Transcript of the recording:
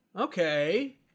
Okay